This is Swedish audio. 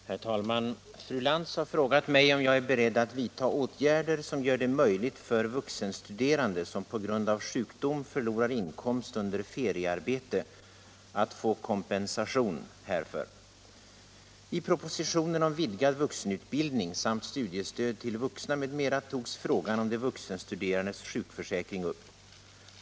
226, och anförde: Herr talman! Fru Lantz har frågat mig om jag är beredd att vidta åtgärder som gör det möjligt för vuxenstuderande som på grund av sjukdom förlorar inkomst under feriearbete att få kompensation härför. I propositionen om vidgad vuxenutbildning samt studiestöd till vuxna m.m. togs frågan om de vuxenstuderandes sjukförsäkring upp.